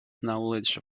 knowledge